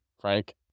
Frank